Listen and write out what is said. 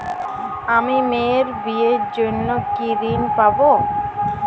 আমি মেয়ের বিয়ের জন্য কি ঋণ পাবো?